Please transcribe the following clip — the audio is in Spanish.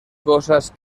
cosas